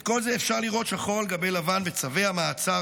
את כל זה אפשר לראות שחור על גבי לבן בצווי המעצר